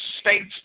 states